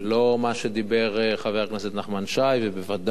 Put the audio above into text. לא מה שאמר חבר הכנסת נחמן שי ובוודאי